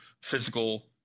physical